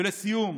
ולסיום,